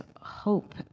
hope